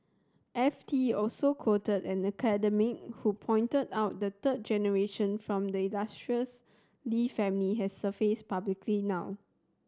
F T also quoted an academic who pointed out the third generation from the illustrious Lee family has surfaced publicly now